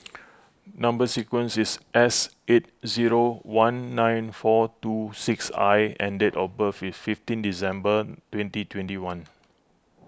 Number Sequence is S eight zero one nine four two six I and date of birth is fifteen December twenty twenty one